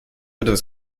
etwas